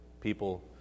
people